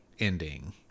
ending